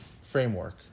framework